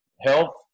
health